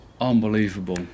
Unbelievable